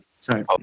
sorry